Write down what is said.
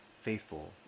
faithful